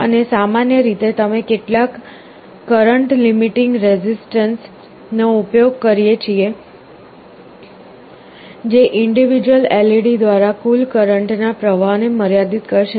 અને સામાન્ય રીતે અમે કેટલાક કરંટ લીમિટિંગ રેઝિસ્ટન્સ નો ઉપયોગ કરીએ છીએ જે ઇન્ડિવિડ્યુઅલ LED દ્વારા કુલ કરંટ ના પ્રવાહ ને મર્યાદિત કરશે